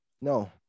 No